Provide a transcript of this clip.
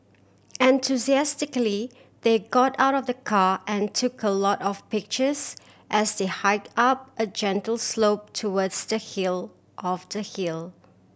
enthusiastically they got out of the car and took a lot of pictures as they hike up a gentle slope towards the hill of the hill